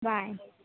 bye